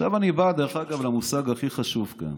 עכשיו אני בא למושג הכי חשוב כאן.